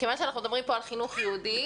כיוון שאנחנו מדברים פה על חינוך יהודי,